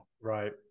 Right